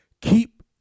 Keep